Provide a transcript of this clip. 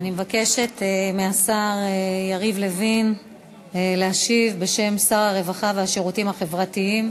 אני מבקשת מהשר יריב לוין להשיב בשם שר הרווחה והשירותים החברתיים.